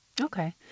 Okay